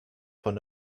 von